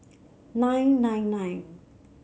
nine nine nine